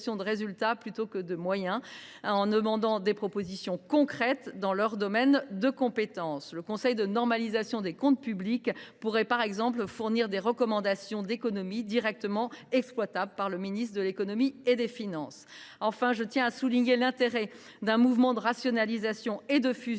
de résultat plutôt que de moyens, en demandant aux organismes des propositions concrètes dans leur domaine de compétences. Par exemple, le Conseil de normalisation des comptes publics (CNOCP) pourrait fournir des recommandations d’économies directement exploitables par le ministre de l’économie et des finances. Enfin, je tiens à souligner l’intérêt de procéder à un mouvement de rationalisation et de fusion